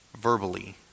verbally